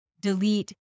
delete